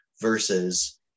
versus